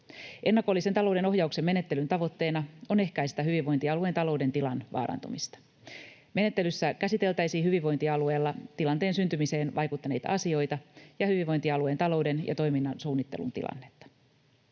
Ennakollisen talouden ohjauksen menettelyn tavoitteena on ehkäistä hyvinvointialueen talouden tilan vaarantumista. Menettelyssä käsiteltäisiin hyvinvointialueella tilanteen syntymiseen vaikuttaneita asioita ja hyvinvointialueen talouden ja toiminnan suunnittelun tilannetta.